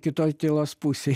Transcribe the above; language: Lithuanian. kitoj tilos pusėj